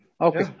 Okay